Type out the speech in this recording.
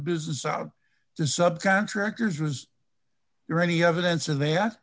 business out to sub contractors was there any evidence of that